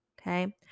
okay